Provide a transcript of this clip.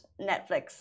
Netflix